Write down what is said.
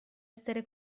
essere